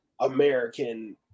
American